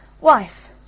Wife